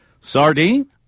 sardine